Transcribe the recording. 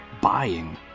buying